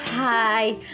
Hi